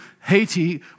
Haiti